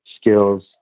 skills